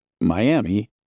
Miami